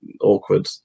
awkward